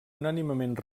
unànimement